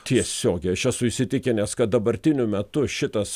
tiesiogiai aš esu įsitikinęs kad dabartiniu metu šitas